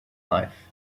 life